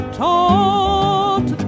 taught